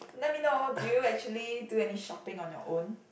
let me know do you actually do any shopping on your own